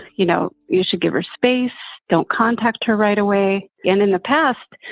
you know, you should give her space. don't contact her right away. and in the past,